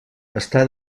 està